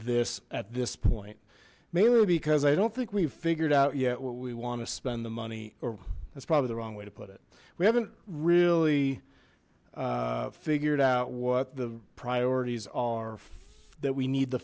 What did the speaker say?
this at this point mainly because i don't think we've figured out yet what we want to spend the money or that's probably the wrong way to put it we haven't really figured out what the priorities are that we need the